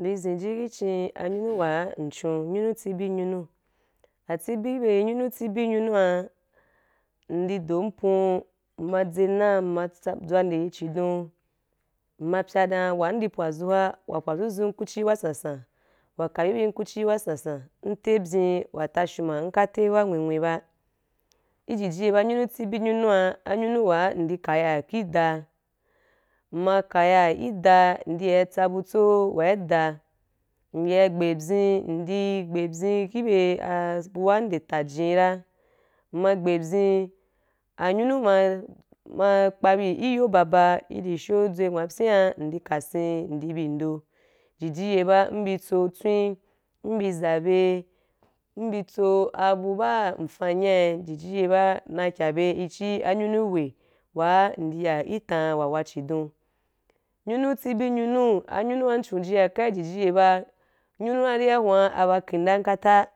Ndi zhen aji ki chin nyunua i nchun nyunuatsibi ki be atsibi nyunua ndi do mpu mma za na mma tsa dzua nde yī chidon nna pya dan wa pwa zua wa pwa zuzum ku chi wa san san wa ka bi bim ku chi wa san san nte a byin wa tashu ma nka te wa nwenwen ba i jiji ye ba anyunu atsibi nyunua, anyunu wa indi kaya da mma kaya ki daa indi ya tsa bu tso wa ki da ndí ya gba pyín ndi gba pyín kí be ah abu wa nde ta jen ra mma gba a pyin anyunu ma kpa bi yo baba i ri ashow dzunghapyaa ndi kasen i be ndo jiji ye ba mbi tso tswen mbi zabya tso abu ba nfa nyai jiji ye ba na ke bye i chi anyuni hwe wa indi ya ki tam wa wa chi don nyunu tsibi nyunu wa wa nchujia kai i jiji aye ba nyunu wa ri aba kinda kata